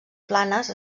planes